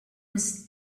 was